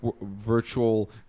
virtual